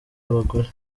abagore